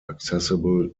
accessible